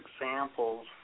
examples